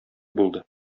булды